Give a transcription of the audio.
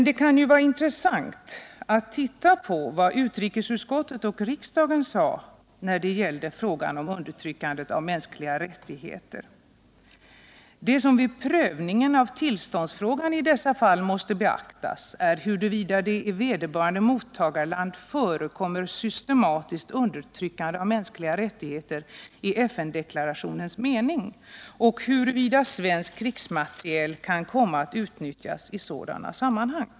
Det kan ju vara intressant att se på vad utrikesutskottet och riksdagen 1971 sade när det gällde frågan om undertryckandet av mänskliga rättigheter: ”Det som vid prövningen av tillståndsfrågan i dessa fall måste beaktas är huruvida det i vederbörande mottagarland förekommer systematiskt undertryckande av mänskliga rättigheter i FN-deklarationens mening och huruvida svensk krigsmateriel kan komma att utnyttjas i sådana sammanhang.